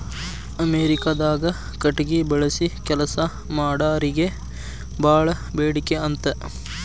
ಅಮೇರಿಕಾದಾಗ ಕಟಗಿ ಬಳಸಿ ಕೆಲಸಾ ಮಾಡಾರಿಗೆ ಬಾಳ ಬೇಡಿಕೆ ಅಂತ